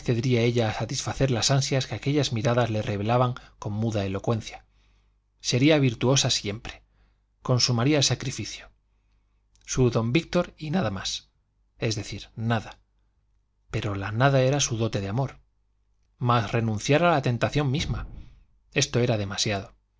accedería ella a satisfacer las ansias que aquellas miradas le revelaban con muda elocuencia sería virtuosa siempre consumaría el sacrificio su don víctor y nada más es decir nada pero la nada era su dote de amor mas renunciar a la tentación misma esto era demasiado la